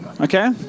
Okay